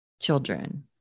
children